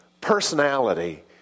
personality